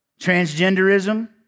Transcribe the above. transgenderism